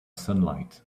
sunlight